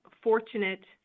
fortunate